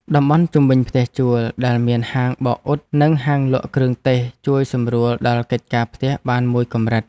តំបន់ជុំវិញផ្ទះជួលដែលមានហាងបោកអ៊ុតនិងហាងលក់គ្រឿងទេសជួយសម្រួលដល់កិច្ចការផ្ទះបានមួយកម្រិត។